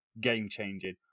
game-changing